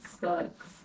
sucks